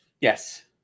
Yes